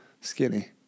skinny